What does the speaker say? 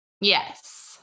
Yes